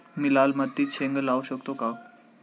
मी लाल मातीत शेंगा लावू शकतो का?